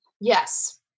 Yes